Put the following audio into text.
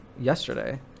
yesterday